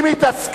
אם היא תסכים,